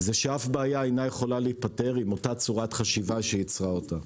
אף בעיה לא יכולה להיפתר עם אותה צורת חשיבה שייצרה אותה,